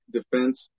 Defense